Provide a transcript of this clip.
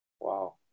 Wow